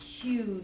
huge